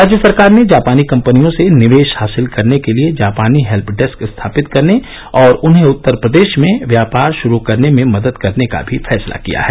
राज्य सरकार ने जापानी कंपनियों से निवेश हासिल करने के लिए जापानी हेल्प डेस्क स्थापित करने और उन्हें उत्तर प्रदेश में व्यापार श्रू करने में मदद करने का भी फैसला किया है